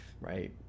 right